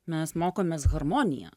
mes mokomės harmoniją